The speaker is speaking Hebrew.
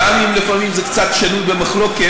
גם אם לפעמים זה קצת שנוי במחלוקת,